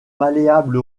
malléable